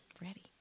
Ready